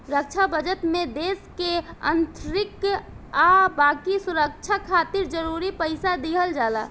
रक्षा budget में देश के आंतरिक आ बाकी सुरक्षा खातिर जरूरी पइसा दिहल जाला